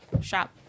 shop